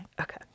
Okay